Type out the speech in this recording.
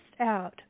out